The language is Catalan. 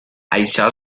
això